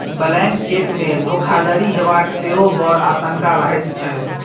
blank चेकमे धोखाधड़ी हेबाक सेहो बड़ आशंका रहैत छै